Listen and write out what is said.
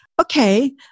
okay